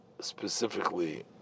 specifically